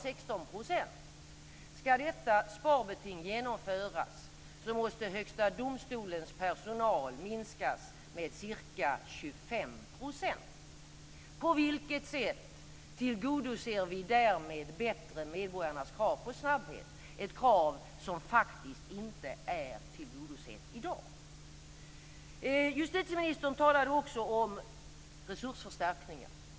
Ska detta sparbeting genomföras måste På vilket sätt tillgodoser vi därmed bättre medborgarnas krav på snabbhet, ett krav som faktiskt inte är tillgodosett i dag? Justitieministern talade vidare om resursförstärkningen.